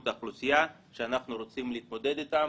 האוכלוסייה שאנחנו רוצים להתמודד איתם.